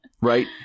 Right